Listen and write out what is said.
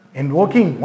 invoking